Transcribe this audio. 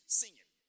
singing